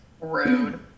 Rude